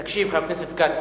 תקשיב, חבר הכנסת כץ,